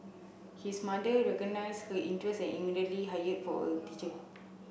his mother recognise her interest and immediately hired for a teacher